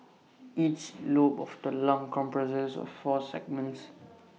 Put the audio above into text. each lobe of the lung comprises of four segments